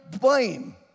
blame